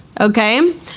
Okay